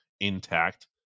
intact